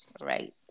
right